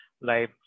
life